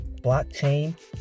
Blockchain